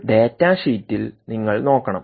ഒരു ഡാറ്റ ഷീറ്റിൽ നിങ്ങൾ നോക്കണം